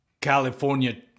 California